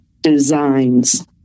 Designs